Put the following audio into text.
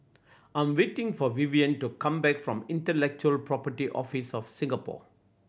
I'm waiting for Vivian to come back from Intellectual Property Office of Singapore